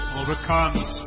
overcomes